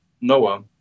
Noah